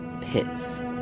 pits